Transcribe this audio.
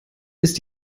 ist